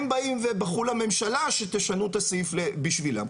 הם באים ובכו לממשלה שתשנו את הסעיף בשבילם.